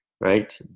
right